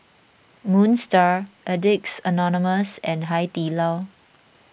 Moon Star Addicts Anonymous and Hai Di Lao